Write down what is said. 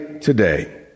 today